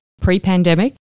Pre-pandemic